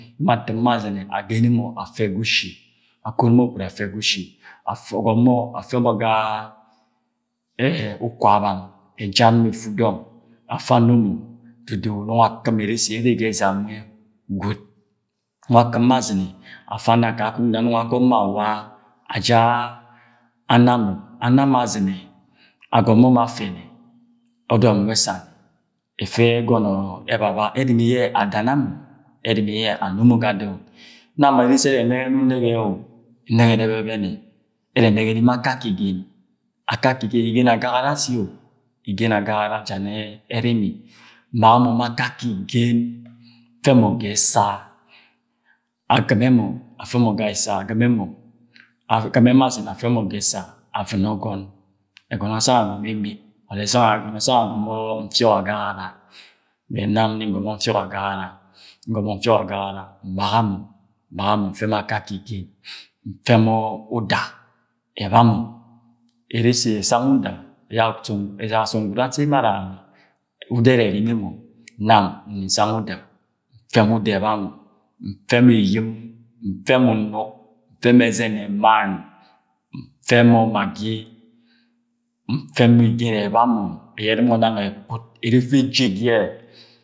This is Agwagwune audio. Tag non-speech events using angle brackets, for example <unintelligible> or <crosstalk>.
Emo atɨm mọ azɨnẹ agene mọ afẹ ga ushi akono mọ afẹ ga ushi akono mọ gwud afẹ ga usni <hesitation> agọm mọ afẹ ga ukwabang e jat mo efu dọng afa ano mọ dudu nungọ akɨm eresi ye ere ga ẹzam nwẹ gwud, nungo akɨm mọ azɨne afa ana kakung ne anung agọm mọ awa aja ana, mọ ana mọ azɨnẹ agomọ mọ afẹnẹ ọdọm nwẹ ẹsani ẹfẹ ẹgọnọ ẹbabaga ẹrimi. Yẹ adana mọ ẹrimi ye ano mọ ga dọng, nam eresi ẹrẹ ẹnẹgẹ ni unẹgẹ-o ẹnẹgẹ ni ẹbẹbẹnẹ, ẹrẹ ẹnẹgẹ ni ma akakẹ igen, akakẹ Igẹn, Igẹn agagara ashi o igen agagara ja ni erimi nbaga mọ ma akake Igen nfẹ mọ ga ẹsa agɨme mọ afẹ mọ ga ẹsa agɨmẹ mọ afẹ mọ ga ẹsa agɨmẹ mọ agɨmẹ azɨnẹ afẹ mọ ga ẹsa avɨno ọgọn ẹgọnọ asang agọmọ imit <unintelligible> or asang agọmọ nfiõk agagara bẹt nam nni ngọmọ nfiọk agagara ngọmọ nfiọk agagara nbaga mọ nbaga mọ nfẹ mọ akaki igeu, nfẹ mọ uda ẹba mọ eresi ẹsang uda ẹyak asọm, ẹyak asọm gwud asi emo ara uda ẹrẹ ẹrimi ẹmo nam nni nsang uda nfẹ mo uda ẹba mọ nfẹ moeyim, ntẹ mọ unuk, nfẹ mọ ẹzẹn ẹmann, nfẹ mọ magi, nfẹ mọ magi, nfẹ mọ igen eba mọ ayẹnẹ mọ nang ekwɨt ere efe ejek yẹ